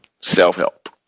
self-help